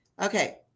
okay